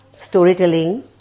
storytelling